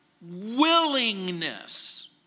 willingness